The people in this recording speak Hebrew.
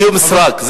איום סרק.